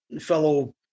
fellow